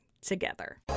together